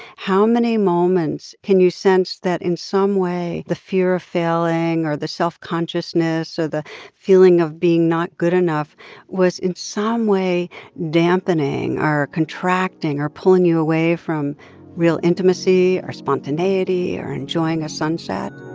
how many moments can you sense that, in some way, the fear of failing or the self-consciousness or the feeling of being not good enough was in some way dampening or contracting or pulling you away from real intimacy or spontaneity or enjoying a sunset